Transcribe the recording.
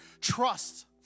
trust